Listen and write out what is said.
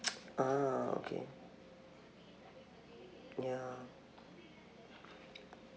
ah okay ya